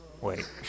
Wait